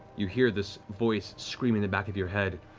you hear this voice scream in the back of your head,